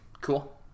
Cool